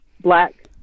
black